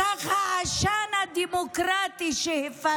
מסך העשן הדמוקרטי שהפצת.